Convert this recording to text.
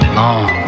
long